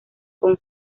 con